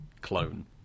clone